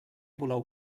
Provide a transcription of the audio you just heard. voleu